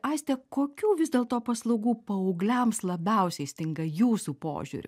aiste kokių vis dėlto paslaugų paaugliams labiausiai stinga jūsų požiūriu